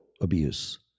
abuse